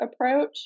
approach